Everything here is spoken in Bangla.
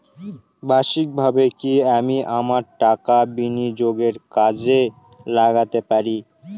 বার্ষিকভাবে কি আমি আমার টাকা বিনিয়োগে কাজে লাগাতে পারি?